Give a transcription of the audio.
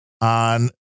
on